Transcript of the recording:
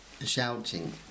shouting